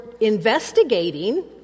investigating